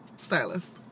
Stylist